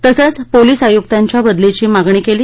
तसंच पोलीस आयुक्तांच्या बदलीची मागणी केली